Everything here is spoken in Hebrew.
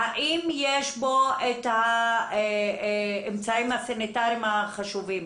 והאם יש בו את האמצעים הסניטריים החשובים.